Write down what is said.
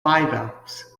bivalves